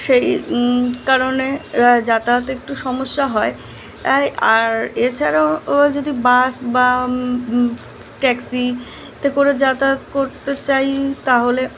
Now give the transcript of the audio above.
সেই কারণে যাতায়াতে একটু সমস্যা হয় আয় আর এছাড়াও যদি বাস বা ট্যাক্সিতে করে যাতায়াত করতে চাই তাহলে